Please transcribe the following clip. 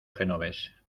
genovés